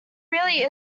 really